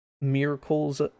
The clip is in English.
miracles